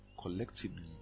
collectively